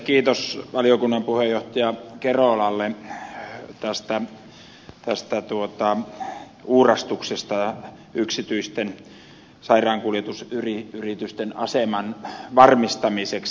kiitos valiokunnan puheenjohtaja kerolalle uurastuksesta yksityisten sairaankuljetusyritysten aseman varmistamiseksi